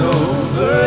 over